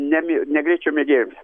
ne ne greičio mėgėjams